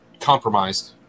compromised